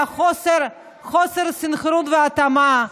של חוסר סנכרון והתאמה,